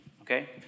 Okay